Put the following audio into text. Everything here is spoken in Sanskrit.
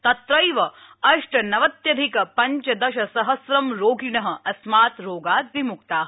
तत्रैव अप्टनवत्यधिक पञ्चदश सहम्र रोगिण अस्मात् रोगात् विमुक्ता